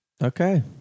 Okay